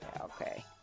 Okay